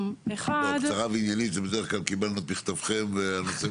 קצרה ועניינית זה בדרך כלל "קיבלנו את מכתבכם" וכולי...